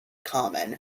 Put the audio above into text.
common